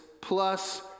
plus